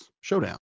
Showdown